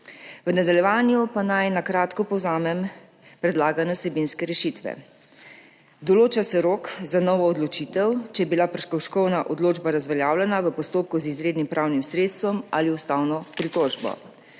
v nadaljevanju pa naj na kratko povzamem predlagane vsebinske rešitve. Določa se rok za novo odločitev, če je bila prekrškovna odločba razveljavljena v postopku z izrednim pravnim sredstvom ali ustavno pritožbo.